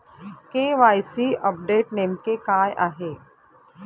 KYC update नेमके काय आहे?